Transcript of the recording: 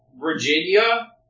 Virginia